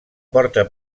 porta